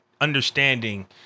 understanding